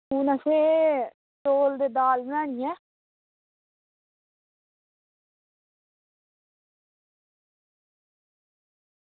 हून असें चौल ते दाल बनानी ऐ